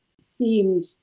seemed